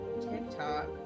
TikTok